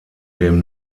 dem